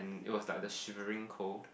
it was the shivering cold